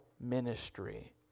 ministry